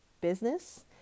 business